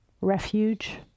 refuge